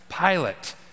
Pilate